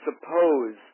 suppose